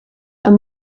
are